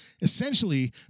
Essentially